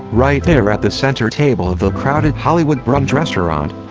right there at the center table of the crowded hollywood brunch restaurant.